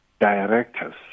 directors